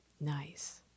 Nice